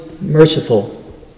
merciful